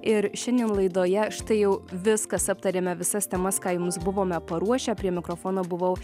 ir šiandien laidoje štai jau viskas aptarėme visas temas ką jums buvome paruošę prie mikrofono buvau